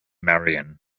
marion